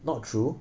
not true